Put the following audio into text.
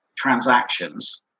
Transactions